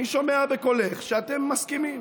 אני שומע בקולך שאתם מסכימים.